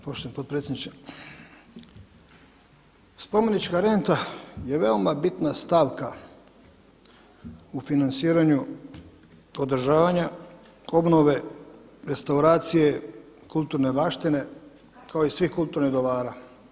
Poštovani potpredsjedniče, spomenička renta je veoma bitna stavka u financiranju održavanja, obnove, restauracije kulturne baštine kao i svih kulturnih dobara.